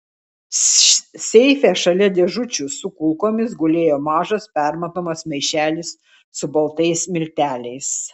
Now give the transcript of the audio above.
seife šalia dėžučių su kulkomis gulėjo mažas permatomas maišelis su baltais milteliais